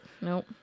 nope